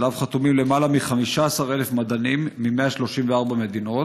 שעליו חתומים יותר מ-15,000 מדענים מ-134 מדינות,